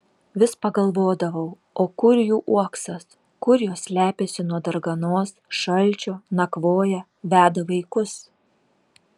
vis pagalvodavau o kur jų uoksas kur jos slepiasi nuo darganos šalčio nakvoja veda vaikus